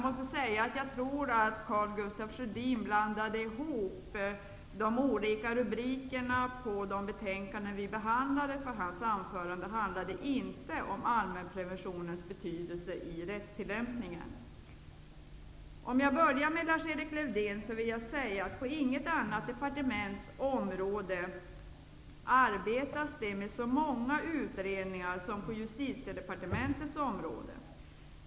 Jag tror att Karl Gustaf Sjödin blandade ihop de olika rubrikerna på betänkandena, eftersom hans anförande inte handlade om allmänpreventionens betydelse i rättstillämpningen. Till Lars-Erik Lövdén vill jag säga att på inget annat departements område arbetas det med så många utredningar som på Justitiedepartementets område.